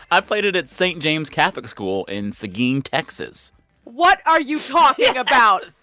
i played it at st. james catholic school in seguin, texas what are you talking about?